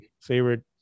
favorite